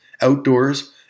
outdoors